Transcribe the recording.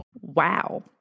Wow